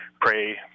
pray